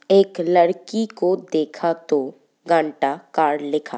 এক লড়কি কো দেখা তো গানটা কার লেখা